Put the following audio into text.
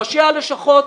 ראשי הלשכות,